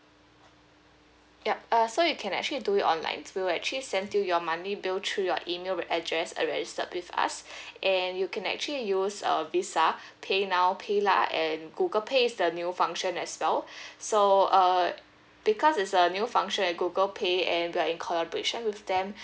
yup uh so you can actually do it online we'll actually send you your monthly bill through your email address uh registered with us and you can actually use uh VISA paynow paylah and google pay's the new function as well so uh because it's a new function at google pay and we are in collaboration with them